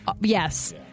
Yes